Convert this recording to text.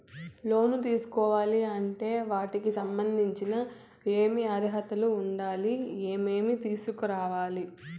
లోను తీసుకోవాలి అంటే వాటికి సంబంధించి ఏమి అర్హత ఉండాలి, ఏమేమి తీసుకురావాలి